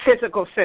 physical